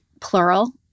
plural